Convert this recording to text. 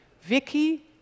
Vicky